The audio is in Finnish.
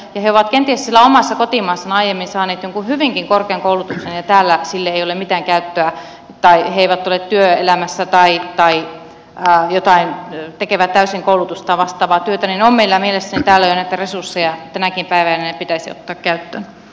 kun he ovat kenties siellä omassa kotimaassaan aiemmin saaneet jonkun hyvinkin korkean koulutuksen ja täällä sille ei ole mitään käyttöä he eivät ole työelämässä tai tekevät täysin muuta kuin koulutustaan vastaavaa työtä niin on meillä mielestäni täällä jo näitä resursseja tänäkin päivänä ja ne pitäisi ottaa käyttöön